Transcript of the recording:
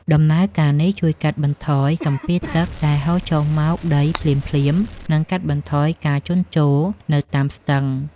ដំណើរការនេះជួយកាត់បន្ថយសម្ពាធទឹកដែលហូរចុះមកដីភ្លាមៗ និង កាត់បន្ថយការជន់ជោរនៅតាមស្ទឹង។